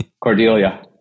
Cordelia